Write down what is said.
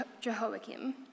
Jehoiakim